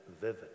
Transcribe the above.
vivid